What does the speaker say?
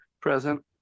Present